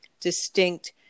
distinct